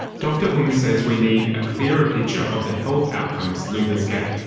dr hng says we need a clearer picture of the health outcomes loopers get.